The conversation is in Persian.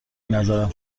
منظورم